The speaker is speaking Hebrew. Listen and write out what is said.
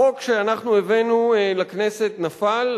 החוק שאנחנו הבאנו לכנסת נפל,